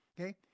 Okay